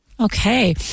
Okay